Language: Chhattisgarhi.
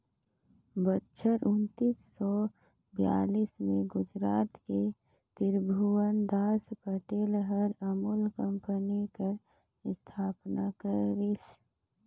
बछर उन्नीस सव छियालीस में गुजरात कर तिरभुवनदास पटेल हर अमूल कंपनी कर अस्थापना करिस